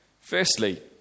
Firstly